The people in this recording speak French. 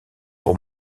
pour